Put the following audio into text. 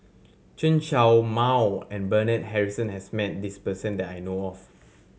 Chen Show Mao and Bernard Harrison has met this person that I know of